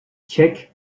cheikh